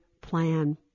plan